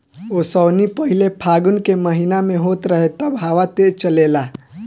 ओसौनी पहिले फागुन के महीना में होत रहे तब हवा तेज़ चलेला